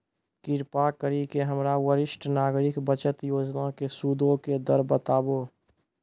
कृपा करि के हमरा वरिष्ठ नागरिक बचत योजना के सूदो के दर बताबो